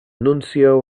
nuncio